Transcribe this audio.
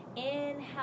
Inhale